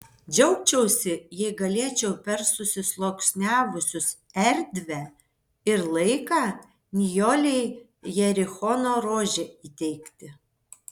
džiaugčiausi jei galėčiau per susisluoksniavusius erdvę ir laiką nijolei jerichono rožę įteikti